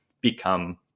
become